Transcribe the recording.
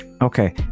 Okay